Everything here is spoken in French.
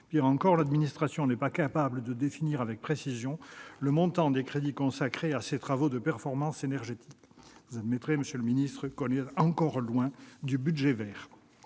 Pire encore, l'administration n'est pas capable de définir avec précision le montant des crédits consacrés à ces travaux de performance énergétique ! Vous admettrez, monsieur le secrétaire d'État, que nous sommes encore loin du « budget vert